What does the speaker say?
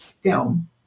film